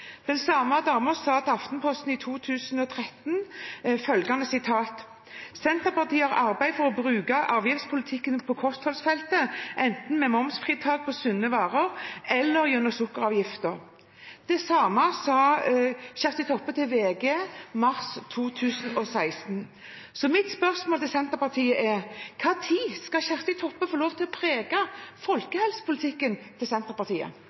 Den samme damen sa følgende til Aftenposten i 2013: «Sp har arbeidet for å bruke avgiftspolitikken på kostholdsfeltet, enten med momsfritak på sunne varer , eller gjennom sukkeravgift.» Det samme sa Kjersti Toppe til VG i mars 2016. Så mitt spørsmål til Senterpartiet er: Når skal Kjersti Toppe få lov til å prege folkehelsepolitikken til Senterpartiet?